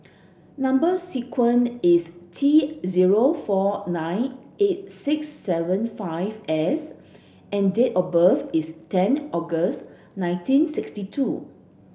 number sequence is T zero four nine eight six seven five S and date of birth is ten August nineteen sixty two